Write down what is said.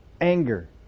Anger